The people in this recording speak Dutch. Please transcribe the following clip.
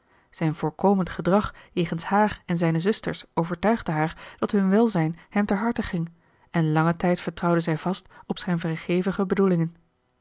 zijn voorkomend gedrag jegens haar en zijne zusters overtuigde haar dat hun welzijn hem ter harte ging en langen tijd vertrouwde zij vast op zijn vrijgevige bedoelingen